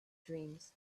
dreams